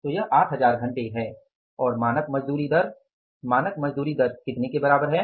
तो यह 8000 घंटे है और मानक मजदूरी दर मानक मजदूरी दर कितने के बराबर है